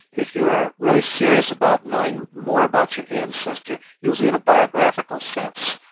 if you're really serious about knowing more about your ancestor, usually in a biographical sense,